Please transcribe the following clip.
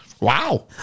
Wow